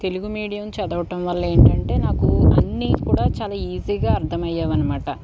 Telugu medium చదవటం వల్ల ఏంటంటే నాకు అన్నీ కూడా చాలా ఈజీగా అర్థమయ్యేవి అనమాట